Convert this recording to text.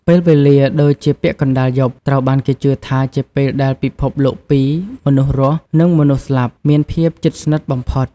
ពេលវេលាដូចជាពាក់កណ្តាលយប់ ត្រូវបានគេជឿថាជាពេលដែលពិភពលោកពីរ មនុស្សរស់ និងមនុស្សស្លាប់ មានភាពជិតស្និទ្ធបំផុត។